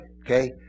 Okay